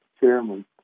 chairman